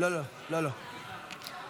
לא, לא, לא, לא.